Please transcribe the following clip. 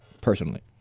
Personally